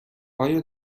آیا